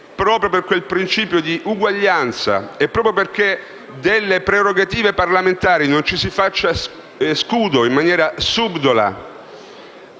proprio per il principio di uguaglianza e proprio perché delle prerogative parlamentari non ci si faccia scudo in maniera subdola,